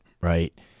Right